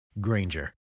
Granger